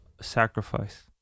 sacrifice